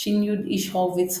ש"י איש הורוויץ,